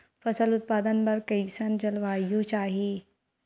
फसल उत्पादन बर कैसन जलवायु चाही?